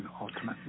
ultimately